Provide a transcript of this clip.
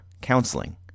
Counseling